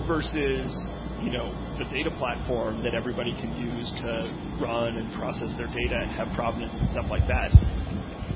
versus you know the data platform that everybody can use to run and process their data and have provenance and stuff like that that.